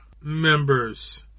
members